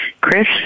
Chris